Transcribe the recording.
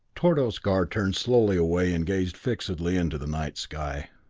tordos gar turned slowly away and gazed fixedly into the night sky.